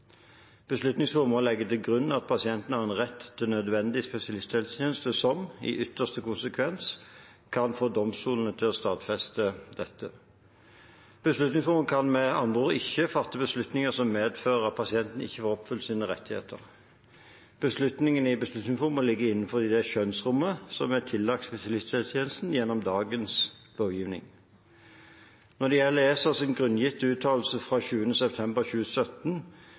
til grunn at pasientene har en rett til nødvendig spesialisthelsetjeneste som, i ytterste konsekvens, kan få domstolene til å stadfeste dette. Beslutningsforum kan med andre ord ikke fatte beslutninger som medfører at pasienten ikke får oppfylt sine rettigheter. Beslutningene i Beslutningsforum må ligge innenfor dette skjønnsrommet som er tillagt spesialisthelsetjenesten gjennom dagens lovgivning. Når det gjelder ESAs grunngitte uttalelse fra 20. september 2017,